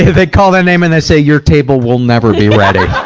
they call that name and they say, your table will never be ready.